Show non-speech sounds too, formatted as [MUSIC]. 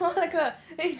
[LAUGHS]